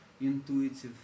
intuitive